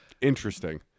interesting